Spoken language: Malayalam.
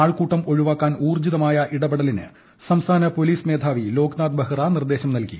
ആൾക്കൂട്ടം ഒഴിവാക്കാൻ ഊർജ്ജിതമായ ഇടപെടലിന് സംസ്ഥാന പോലീസ് മേധാവി ലോക്നാഥ് ബെഹ്റ നിർദ്ദേശം നൽകി